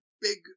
big